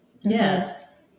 Yes